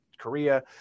Korea